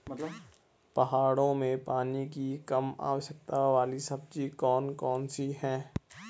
पहाड़ों में पानी की कम आवश्यकता वाली सब्जी कौन कौन सी हैं?